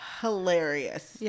hilarious